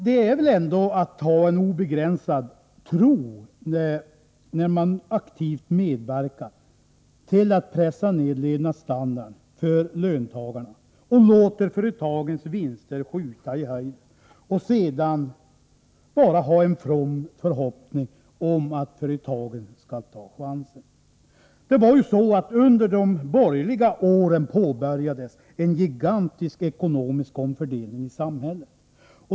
Man kan väl tala om obegränsad tro när regeringen aktivt medverkar till att pressa ned levnadsstandarden för löntagarna och låter företagens vinster skjuta i höjden och sedan bara har en from förhoppning att företagen skall ta chansen. , Under de borgerliga åren påbörjades en gigantisk' ekonomisk omfördelning i samhället.